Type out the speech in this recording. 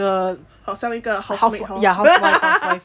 好像一个 housewife